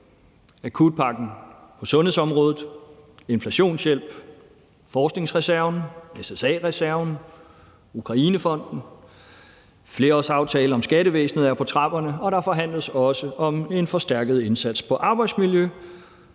akutpakken på sundhedsområdet, inflationshjælp, forskningsreserven, SSA-reserven og Ukrainefonden, en flerårsaftale om skattevæsenet er på trapperne, og der forhandles også om en forstærket indsats på arbejdsmiljøområdet,